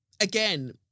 again